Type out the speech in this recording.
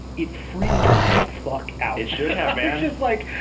it freaked me the fuck out. it should have, man. it's just like,